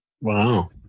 Wow